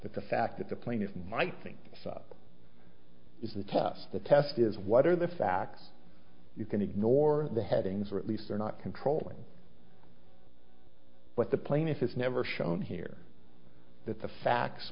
but the fact that the plaintiffs might think is the test the test is what are the facts you can ignore the headings or at least they're not controlling what the plaintiff has never shown here that the facts